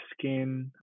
skin